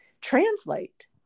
translate